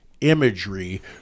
imagery